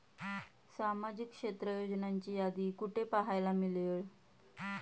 सामाजिक क्षेत्र योजनांची यादी कुठे पाहायला मिळेल?